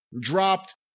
dropped